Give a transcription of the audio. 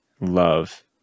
love